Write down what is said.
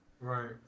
Right